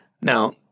Now